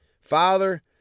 Father